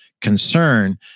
concern